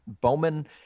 Bowman